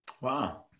wow